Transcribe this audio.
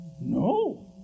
No